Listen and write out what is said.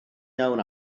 iawn